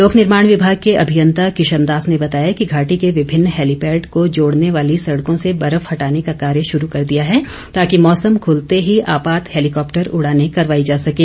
लोक निर्माण विमाग के अभियंता किशन दास ने बताया कि घाटी के विभिन्न हैलीपैड को जोड़ने वाली सड़कों से बर्फ हटाने का कार्य शुरू कर दिया है ताकि मौसम खुलते ही आपात हैलीकॉप्टर उडाने करवाई जा सकें